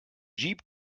jeep